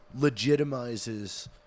legitimizes